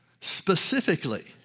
Specifically